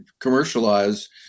commercialize